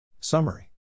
Summary